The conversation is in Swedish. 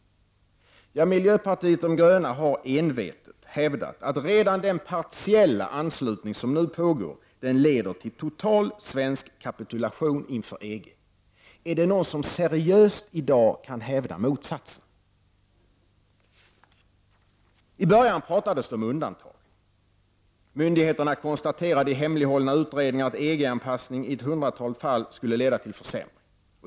Miljöpartiet de gröna har envetet hävdat att redan den partiella anslutning som nu pågår måste leda till total svensk kapitulation inför EG. Är det någon som i dag seriöst kan hävda motsatsen? I början pratades det om undantag. Myndigheterna konstaterade i hemliga utredningar att EG anpassning i ett hundratal fall skulle leda till försämring.